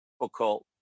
difficult